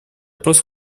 просто